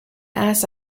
ass